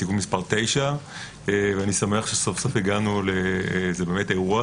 תיקון מס' 9. אני שמח שהגענו - זה באמת אירוע